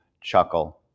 chuckle